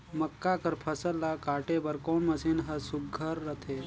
मक्का कर फसल ला काटे बर कोन मशीन ह सुघ्घर रथे?